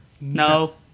No